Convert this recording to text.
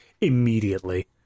immediately